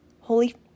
holy